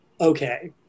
Okay